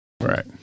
Right